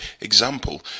Example